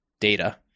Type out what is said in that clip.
data